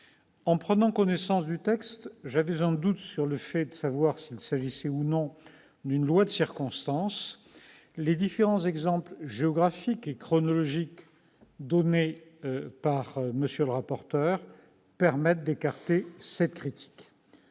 En prenant connaissance du texte, je me suis demandé s'il s'agissait ou non d'une loi de circonstance. Les différents exemples géographiques et chronologiques donnés par M. le rapporteur permettent d'écarter cette critique.